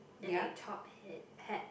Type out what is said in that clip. and a top hat